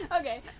Okay